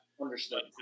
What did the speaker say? understood